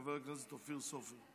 חבר הכנסת אופיר סופר.